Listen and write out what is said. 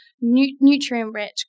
nutrient-rich